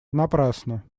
напрасно